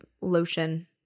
lotion